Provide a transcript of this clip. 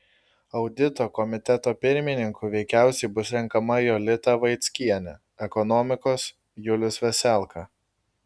audito komiteto pirmininku veikiausiai bus renkama jolita vaickienė ekonomikos julius veselka